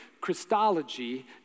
Christology